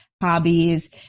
hobbies